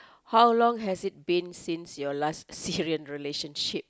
how long has it been since your last serious relationship